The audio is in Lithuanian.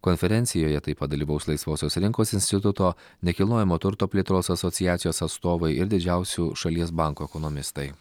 konferencijoje taip pat dalyvaus laisvosios rinkos instituto nekilnojamo turto plėtros asociacijos atstovai ir didžiausių šalies bankų ekonomistai